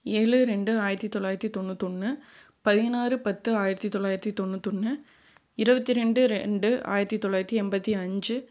ஏழு ரெண்டு ஆயிரத்தி தொளாயிரத்தி தொண்ணூற்றி ஒன்று பதினாறு பத்து ஆயிரத்தி தொளாயிரத்தி தொண்ணூற்றி ஒன்று இருபத்தி ரெண்டு ரெண்டு ஆயிரத்தி தொளாயிரத்தி எண்பத்தி அஞ்சு